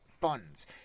funds